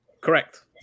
correct